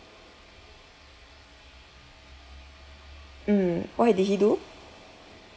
mm what did he do